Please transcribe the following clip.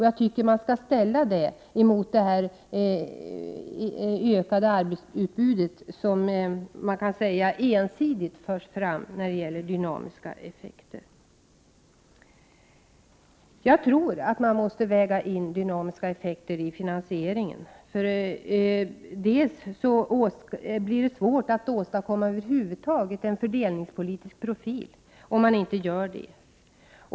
Jag tycker att man skall ställa det mot det ökade arbetsutbudet, som ensidigt förs fram när det gäller dynamiska effekter. Jag tror att man måste väga in dynamiska effekter i finansieringen. Det blir svårt att över huvud taget åstadkomma en fördelningspolitisk profil om man inte gör det.